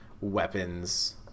weapons